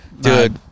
dude